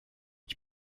ich